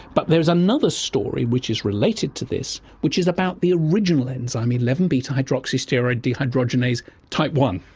but there is another story which is related to this, which is about the original enzyme eleven beta-hydroxysteroid dehydrogenase type one.